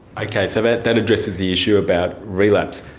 okay, so that that addresses the issue about relapse.